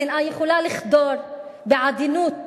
השנאה יכולה לחדור בעדינות